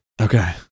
Okay